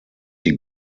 die